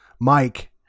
Mike